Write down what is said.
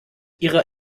ihrer